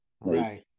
right